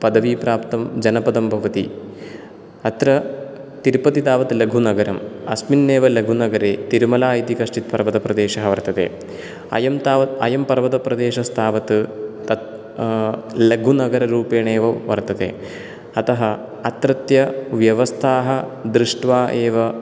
पदवीप्राप्तं जनपदं भवति अत्र तिरुपति तावत् लघुनगरम् अस्मिन्नेव लघुनगरे तिरुमला इति कश्चित् पर्वतप्रदेशः वर्तते अयं तावत् अयं पर्वतप्रदेशस्तावत् तत् लघुनगररूपेण एव वर्तते अतः अत्रत्य व्यवस्थाः दृष्ट्वा एव